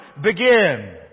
begin